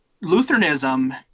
Lutheranism